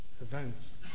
events